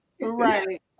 right